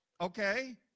Okay